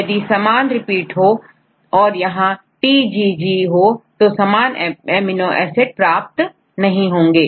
यदि समान रिपीट हो और यहTGG हो तो सामान एमिनो एसिड नहीं प्राप्त होंगे